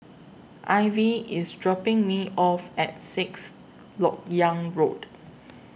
Ivy IS dropping Me off At Sixth Lok Yang Road